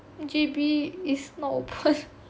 J_B is not open